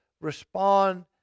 respond